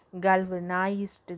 galvanized